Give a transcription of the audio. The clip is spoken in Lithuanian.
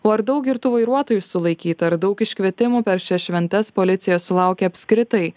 o ar daug girtų vairuotojų sulaikyta ar daug iškvietimų per šias šventes policija sulaukė apskritai